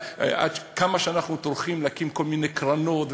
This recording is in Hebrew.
כמה שאנחנו טורחים להקים כל מיני קרנות,